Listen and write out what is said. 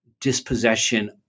dispossession